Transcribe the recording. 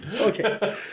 Okay